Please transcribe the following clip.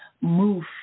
move